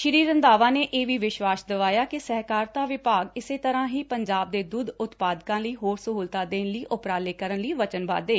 ਸ੍ਰੀ ਰੰਧਾਵਾ ਨੇ ਇਹ ਵੀ ਵਿਸ਼ਵਾਸ ਦਵਾਇਆ ਕਿ ਸਹਿਕਾਰਤਾ ਵਿਭਾਗ ਇਸੇ ਤਰ੍ਹਾ ਹੀ ਪੰਜਾਬ ਦੇ ਦੁੱਧ ਉਤਪਾਦਕਾਂ ਲਈ ਹੋਰ ਸਹੁਲਤਾਂ ਦੇਣ ਲਈ ਉਪਰਾਲੇ ਕਰਨ ਲਈ ਵਚਨਬੱਧ ਏ